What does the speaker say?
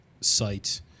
site